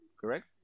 correct